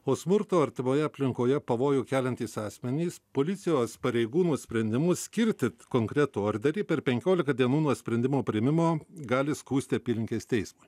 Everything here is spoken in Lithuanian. o smurto artimoje aplinkoje pavojų keliantys asmenys policijos pareigūnų sprendimu skirti konkretų orderį per penkiolika dienų nuo sprendimo priėmimo gali skųsti apylinkės teismui